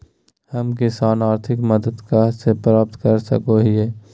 हम किसान आर्थिक मदत कहा से प्राप्त कर सको हियय?